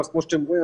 כמו שאתם רואים,